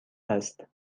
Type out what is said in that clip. هست